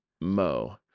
Mo